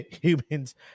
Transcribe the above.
humans